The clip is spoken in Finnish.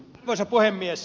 arvoisa puhemies